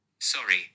Sorry